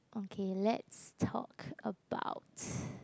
okay let's talk about